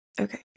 Okay